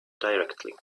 directly